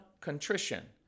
contrition